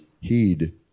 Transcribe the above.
heed